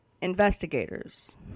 investigators